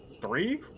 Three